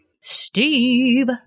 Steve